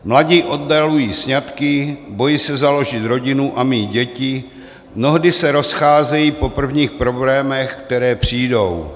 Mladí oddalují sňatky, bojí se založit rodinu a mít děti, mnohdy se rozcházejí po prvních problémech, které přijdou.